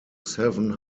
seven